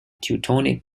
teutonic